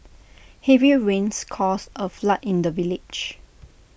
heavy rains caused A flood in the village